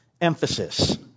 emphasis